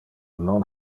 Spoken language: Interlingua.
non